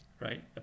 right